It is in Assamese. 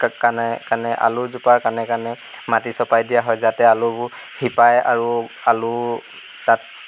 কাণে কাণে আলুজোপাৰ কাণে কাণে মাটি চপাই দিয়া হয় যাতে আলুবোৰ শিপাই আৰু আলু তাত